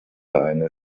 eine